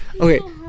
Okay